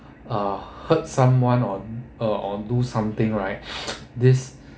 uh hurt someone one or or do something right this